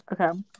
Okay